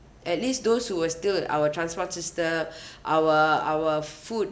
at least those who were still our transport system our our food